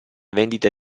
vendita